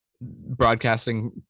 broadcasting